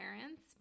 parents